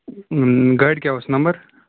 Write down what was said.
گاڑِ کیٛاہ اوس نَمبَر